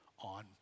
On